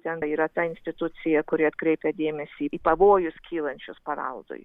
ten yra ta institucija kuri atkreipia dėmesį į pavojus kylančius paveldui